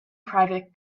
private